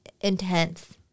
intense